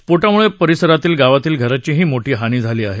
स्फोटामुळे परिसरातील गावातील घरांचीही मोठी हानी झाली हे